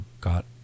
got